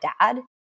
dad